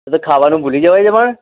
તે ખાવાનું ભૂલી જવાય છે પણ